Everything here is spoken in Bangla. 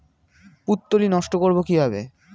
পুত্তলি নষ্ট করব কিভাবে?